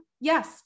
Yes